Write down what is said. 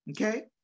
okay